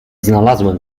znalazłem